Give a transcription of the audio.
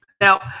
Now